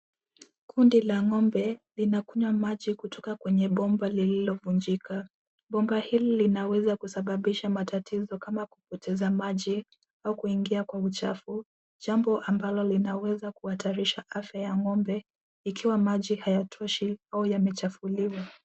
Kundi la ng'ombe linakunywa maji kutoka kwenye bomba lililovunjika. Bomba hili linaweza kusababisha matatizo kama kupoteza maji au kuingia kwa uchafu, jambo ambalo linaweza kuhatarisha afya ya ng'ombe ikiwa maji hayatoshi au yamechafuliwa.